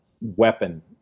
weapon